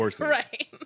right